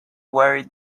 worried